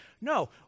No